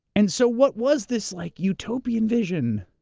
and so what was this like utopian vision,